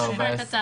זה מה שכבר כתבתם.